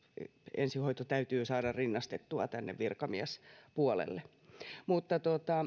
ensihoito täytyy saada rinnastettua tänne virkamiespuolelle